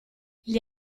gli